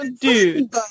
Dude